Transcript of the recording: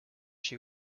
she